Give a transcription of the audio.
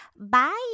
Bye